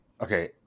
okay